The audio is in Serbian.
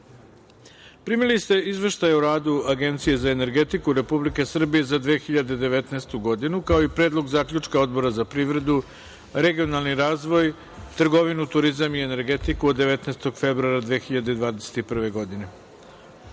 ste Izveštaj o radu Agencije za energetiku Republike Srbije za 2019. godinu, kao i Predlog zaključka Odbora za privredu, regionalni razvoj, trgovinu, turizam i energetiku, od 19. februara 2021. godine. Molim